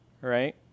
right